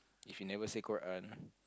if you never say Qur'an